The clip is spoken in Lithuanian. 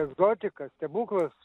egzotika stebuklas